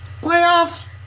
Playoffs